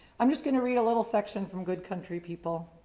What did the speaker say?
i'm just going to read a little section from good country people.